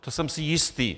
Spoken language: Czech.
To jsem si jistý.